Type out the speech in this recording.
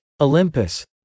Olympus